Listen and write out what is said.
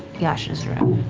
yasha's room.